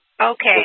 Okay